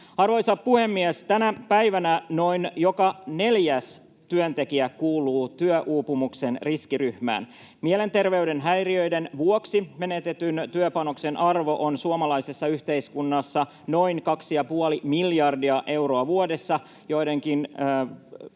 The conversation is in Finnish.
Arvoisa puhemies! Tänä päivänä noin joka neljäs työntekijä kuuluu työuupumuksen riskiryhmään. Mielenterveyden häiriöiden vuoksi menetetyn työpanoksen arvo on suomalaisessa yhteiskunnassa noin 2,5 miljardia euroa vuodessa, joidenkin